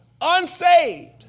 unsaved